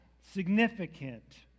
significant